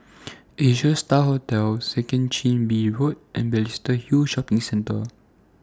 Asia STAR Hotel Second Chin Bee Road and Balestier Hill Shopping Centre